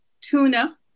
tuna